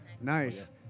Nice